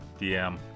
DM